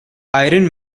iron